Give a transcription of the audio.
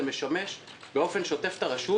זה משמש באופן שוטף את הרשות